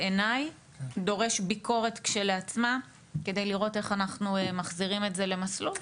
בעיניי דורש ביקורת כשלעצמה כדי לראות איך אנחנו מחזירים את זה למסלול,